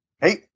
Hey